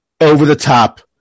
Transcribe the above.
over-the-top